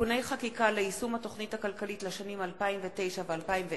(תיקוני חקיקה ליישום התוכנית הכלכלית לשנים 2009 ו-2010)